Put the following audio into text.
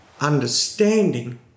understanding